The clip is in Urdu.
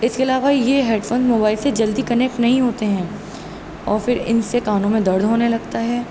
اس کے علاوہ یہ ہیڈ فون موبائل سے جلدی کنیکٹ نہیں ہوتے ہیں اور پھر ان سے کانوں میں درد ہونے لگتا ہے